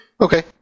Okay